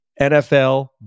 NFL